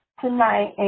tonight